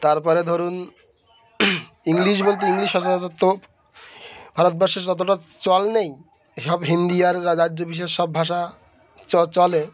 তারপরে ধরুন ইংলিশ বলতে ইংলিশ ত ভারতবর্ষে অতটা চল নেই সব হিন্দি আর রাজ্য বিশেষ সব ভাষা চ চলে